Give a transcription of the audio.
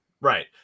Right